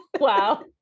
Wow